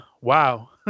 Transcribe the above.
wow